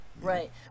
Right